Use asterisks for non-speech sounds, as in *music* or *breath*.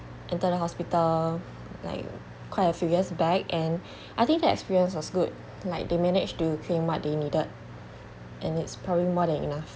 enter the hospital like quite a few years back and *breath* I think that experience was good like they managed to claim what they needed and it's probably more than enough